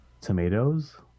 tomatoes